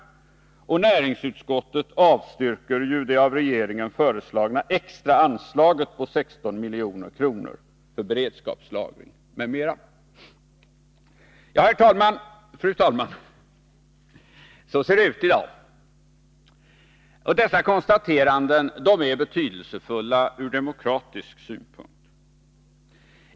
Och näringsutskottet avstyrker ju det av regeringen föreslagna extra anslaget på 16 milj.kr. för beredskapslagring m.m. Fru talman! Så ser det ut i dag. Dessa konstateranden är betydelsefulla ur demokratisk synpunkt.